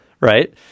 Right